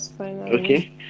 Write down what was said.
Okay